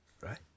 right